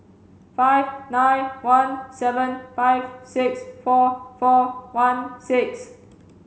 five nine one seven five six four four one six